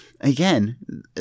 Again